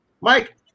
Mike